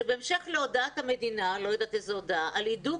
שבהמשך להודעת המדינה לא יודעת איזו הודעה על הידוק